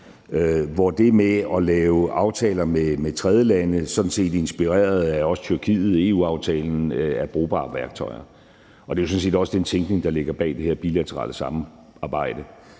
hvor det med at lave aftaler med tredjelande sådan set inspireret af også Tyrkiet-EU-aftalen er brugbare værktøjer, og det er jo sådan set også den tænkning, der ligger bag det her bilaterale samarbejde,